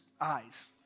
eyes